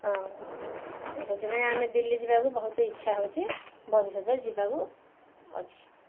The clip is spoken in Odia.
ହଁ ସେଥିପାଇଁ ଆମେ ଦିଲ୍ଲୀ ଯିବାକୁ ବହୁତ ଇଚ୍ଛା ହେଉଛି ଭବିଷ୍ୟତରେ ଯିବାକୁ ଅଛି